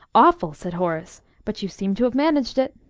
awful! said horace. but you seem to have managed it.